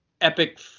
epic